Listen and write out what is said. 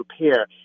repair